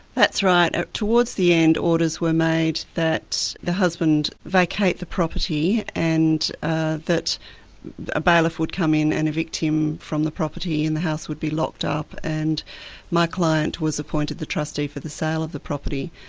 that's right. ah towards the end, orders were made that the husband vacate the property, and that a bailiff would come in and evict him from the property and the house would be locked up, and my client was appointed the trustee for the sale of the property.